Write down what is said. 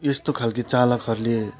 यस्तो खालके चालकहरूले